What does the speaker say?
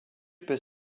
peut